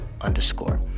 underscore